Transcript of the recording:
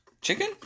Chicken